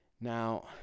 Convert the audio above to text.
now